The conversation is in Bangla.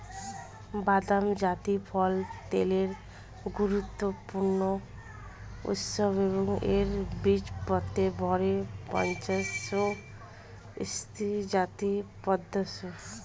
বাদাম জাতীয় ফল তেলের গুরুত্বপূর্ণ উৎস এবং এর বীজপত্রের ভরের পঞ্চাশ শতাংশ স্নেহজাতীয় পদার্থ